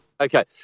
Okay